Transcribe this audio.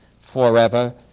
forever